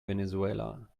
venezuela